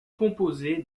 composée